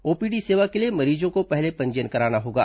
OPD सेवा के लिए मरीजों को पहले पंजीयन कराना होगा